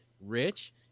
Rich